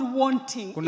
wanting